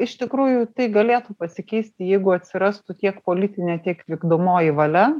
iš tikrųjų tai galėtų pasikeisti jeigu atsirastų tiek politinė tiek vykdomoji valia